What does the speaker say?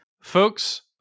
folks